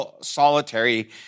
solitary